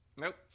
Nope